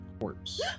corpse